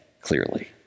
clearly